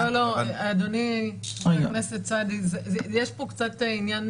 לא, אדוני חבר הכנסת סעדי, יש פה עניין